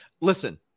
Listen